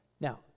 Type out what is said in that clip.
Now